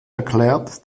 erklärt